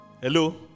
Hello